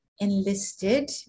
enlisted